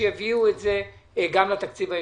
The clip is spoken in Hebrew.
ושיביאו את זה גם לתקציב ההמשכי.